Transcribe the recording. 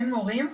אין מורים,